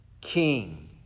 king